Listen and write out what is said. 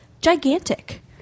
gigantic